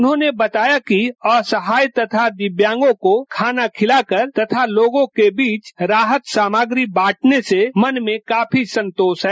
उन्होंने बताया कि असहाय तथा दिव्यांगों को खाना खिलाकर तथा लोगों के बीच राहत सामग्री बांटने से संतोष मन में काफी संतोष है